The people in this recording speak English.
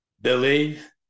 believe